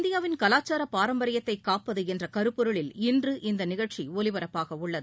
இந்தியாவின் கலாச்சார பாரம்பரியத்தை காப்பது என்ற கருப்பொருளில் இன்று இந்த நிகழ்ச்சி ஒலிபரப்பாக உள்ளது